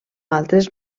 altres